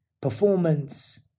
performance